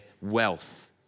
wealth